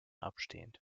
abstehend